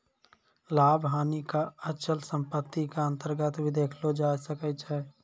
लाभ हानि क अचल सम्पत्ति क अन्तर्गत भी देखलो जाय सकै छै